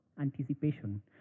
anticipation